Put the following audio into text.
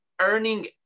earning